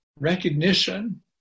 recognition